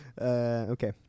Okay